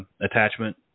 attachment